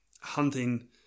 hunting